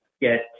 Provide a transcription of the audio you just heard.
get